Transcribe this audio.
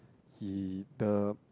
he the